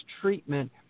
treatment